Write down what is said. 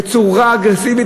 שמוחל בצורה אגרסיבית,